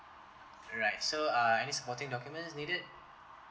right so uh any supporting documents needed